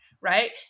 right